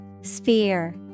Sphere